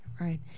Right